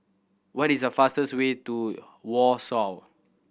what is the fastest way to Warsaw